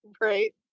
Right